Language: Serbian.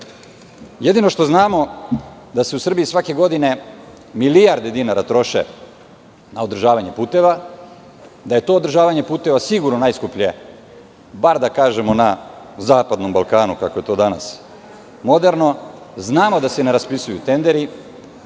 desilo. Jedino što znamo da se u Srbiji svake godine milijarde dinara troše na održavanje puteva, da je to održavanje puteva sigurno najskuplje bar da kažemo na zapadnom Balkanu kako je to danas moderno. Znamo da se ne raspisuju tenderi,